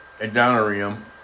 Adoniram